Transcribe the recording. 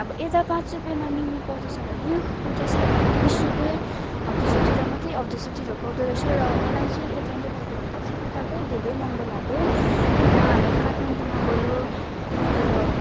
अब यता पाँच रुपियाँमा मिमी पाउँदैछ भने उता साट बिस रुपियाँ हौ त्यस्तोतिर मात्रै हौ त्यस्तोतिर पाउँदारहेछ र मलाई चाहिँ यता नेपालको भन्दा चाहिँ उताकै धेरै महँगो लाग्यो र हामी काठमाडौँं गयो त्यहाँनिर